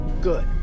good